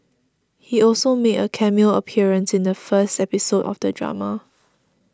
he also made a cameo appearance in the first episode of the drama